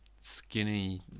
skinny